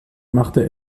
machte